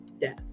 death